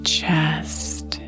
chest